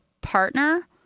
partner